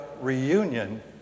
reunion